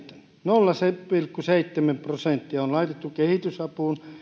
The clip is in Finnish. nolla pilkku seitsemän prosenttia on laitettu kehitysapuun